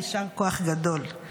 יישר כוח גדול.